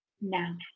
now